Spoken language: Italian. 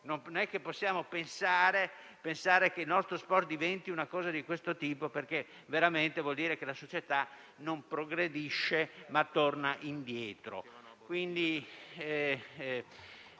Non possiamo pensare che il nostro sport diventi di questo tipo, perché veramente vorrebbe dire che la società non progredisce ma torna indietro.